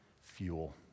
fuel